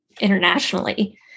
internationally